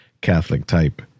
Catholic-type